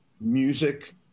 music